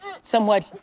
somewhat